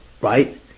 right